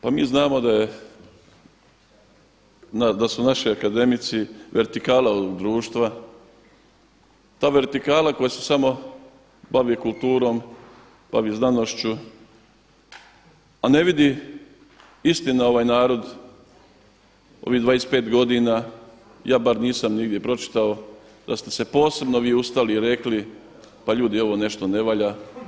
Pa mi znamo da su naši akademici vertikala društva, ta vertikala koja se samo bavi kulturom, bavi znanošću, a ne vidi istina ovaj narod ovih 25 godina, ja bar nisam nigdje pročitao, da ste se posebno vi ustali i rekli pa ljudi ovo nešto ne valja.